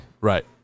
Right